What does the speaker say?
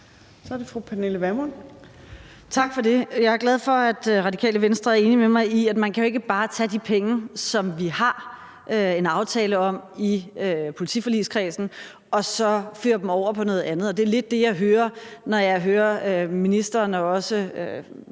Tak for det. Jeg er glad for, at Radikale Venstre er enig med mig i, at man ikke bare kan tage de penge, som vi har en aftale om i politiforligskredsen, og så føre dem over til noget andet. Det er lidt det, jeg hører, når jeg hører ministeren – og også lidt derhenad